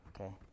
Okay